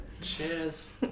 Cheers